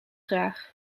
graag